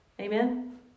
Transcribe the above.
Amen